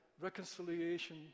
reconciliation